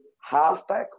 halfback